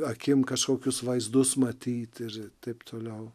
akim kažkokius vaizdus matyti ir taip toliau